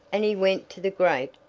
and he went to the great,